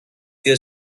their